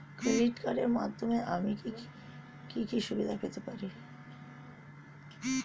Credit কার্ডের মাধ্যমে আমি কি কি সুবিধা পেতে পারি?